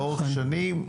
לאורך שנים,